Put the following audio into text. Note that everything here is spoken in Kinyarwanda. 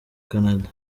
canada